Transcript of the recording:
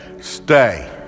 Stay